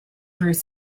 through